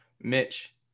mitch